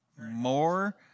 more